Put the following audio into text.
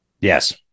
Yes